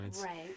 Right